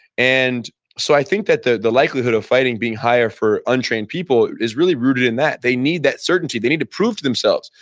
and so i think that the the likelihood of fighting being higher for untrained people is really rooted in that. they need that certainty, they need to prove to themselves,